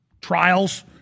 trials